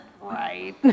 right